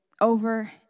over